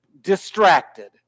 distracted